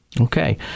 Okay